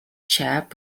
chap